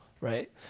right